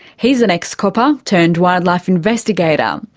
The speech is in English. he's an ex-copper turned wildlife investigator. um